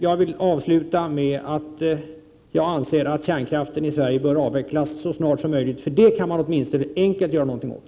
Jag vill avsluta med att säga att jag anser att kärnkraften i Sverige bör avvecklas så snart som möjligt, för den kan man åtminstone enkelt göra någonting åt.